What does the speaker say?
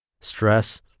stress